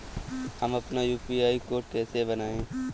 हम अपना UPI code कैसे बनाएँ?